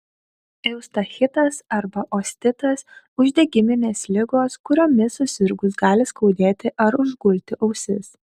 eustachitas arba ostitas uždegiminės ligos kuriomis susirgus gali skaudėti ar užgulti ausis